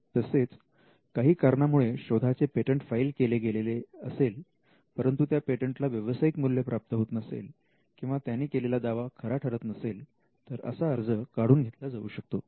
तसेच काही कारणांमुळे शोधाचे पेटंट फाईल केले गेलेले असेल परंतु त्या पेटंटला व्यावसायिक मूल्य प्राप्त होत नसेल किंवा त्यांनी केलेला दावा खरा ठरत नसेल तर असा अर्ज काढून घेतला जाऊ शकतो